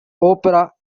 opera